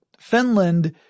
Finland